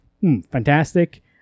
fantastic